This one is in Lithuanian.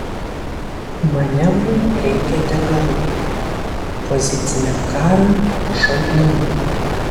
manevrui reikia degalų poziciniam karui šaudmenų